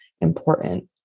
important